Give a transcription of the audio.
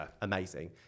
amazing